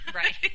right